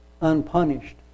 unpunished